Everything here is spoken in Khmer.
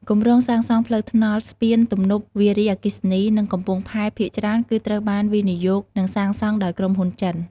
គម្រោងសាងសង់ផ្លូវថ្នល់ ស្ពាន ទំនប់វារីអគ្គិសនី និងកំពង់ផែភាគច្រើនគឺត្រូវបានវិនិយោគនិងសាងសង់ដោយក្រុមហ៊ុនចិន។